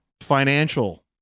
financial